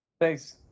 Thanks